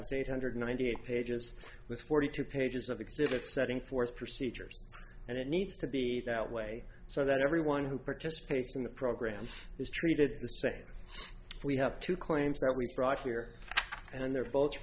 say eight hundred ninety eight pages with forty two pages of exhibits setting forth procedures and it needs to be that way so that everyone who participates in the program is treated the same we have two claims that we brought here and the